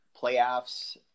playoffs